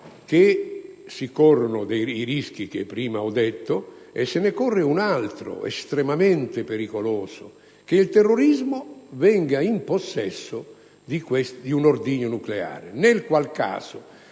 se si corrono i rischi che prima ho ricordato, se ne corre anche un altro, estremamente pericoloso, e cioè che il terrorismo venga in possesso di un ordigno nucleare, nel qual caso